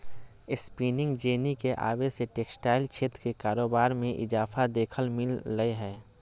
spinning jenny के आवे से टेक्सटाइल क्षेत्र के कारोबार मे इजाफा देखे ल मिल लय हें